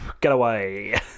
getaway